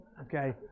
Okay